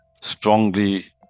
strongly